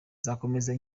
nzakomeza